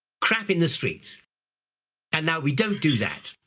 crap in the streets and now we don't do that,